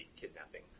kidnapping